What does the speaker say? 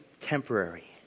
temporary